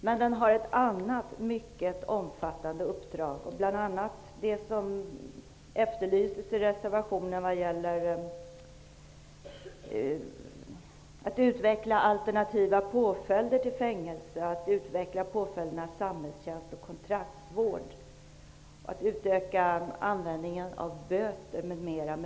Men den har ett annat mycket omfattande uppdrag, bl.a. det som efterlyses i reservationen vad gäller att utveckla alternativa påföljder till fängelsestraff och att utveckla påföljderna samhällstjänst och kontraktsvård och att utöka användningen av böter m.m.